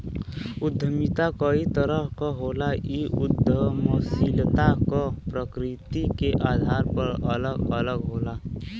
उद्यमिता कई तरह क होला इ उद्दमशीलता क प्रकृति के आधार पर अलग अलग होला